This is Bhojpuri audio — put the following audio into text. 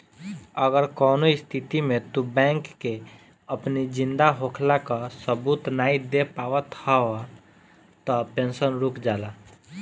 अगर कवनो स्थिति में तू बैंक के अपनी जिंदा होखला कअ सबूत नाइ दे पावत हवअ तअ पेंशन रुक जाला